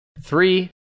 Three